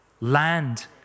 Land